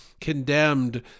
condemned